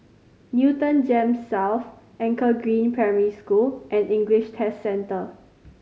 Newton GEMS South Anchor Green Primary School and English Test Centre